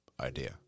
idea